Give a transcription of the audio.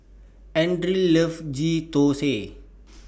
Anders loves Ghee Thosai